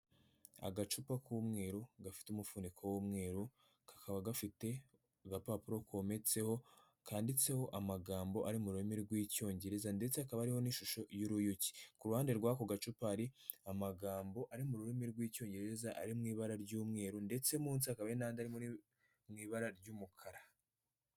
Agacupa k'umweru gafite umufuniko w'umweru, kakaba gafite agapapuro kometseho kanditseho amagambo ari mu rurimi rw'icyongereza ndetse hakaba hariho n'ishusho y'uruyuki. Ku ruhande rw'ako gacupa hari amagambo ari mu rurimi rw'Icyongereza ari mu ibara ry'umweru ndetse munsi hakaba hari n'andi ari mu ibara ry'umukara.